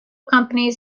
companies